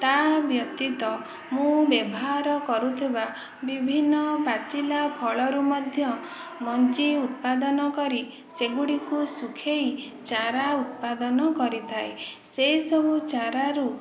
ତା ବ୍ୟତୀତ ମୁଁ ବ୍ୟବହାର କରୁଥିବା ବିଭିନ୍ନ ପାଚିଲା ଫଳରୁ ମଧ୍ୟ ମଞ୍ଜି ଉତ୍ପାଦନ କରି ସେଗୁଡ଼ିକୁ ଶୁଖେଇ ଚାରା ଉତ୍ପାଦନ କରିଥାଏ ସେସବୁ ଚାରାରୁ